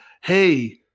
hey